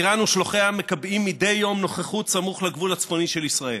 איראן ושלוחיה מקבעים מדי יום נוכחות סמוך לגבול הצפוני של ישראל.